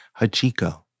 Hachiko